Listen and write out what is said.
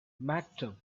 maktub